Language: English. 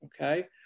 Okay